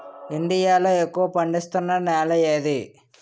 India లో ఎక్కువ పండిస్తున్నా నేల ఏది?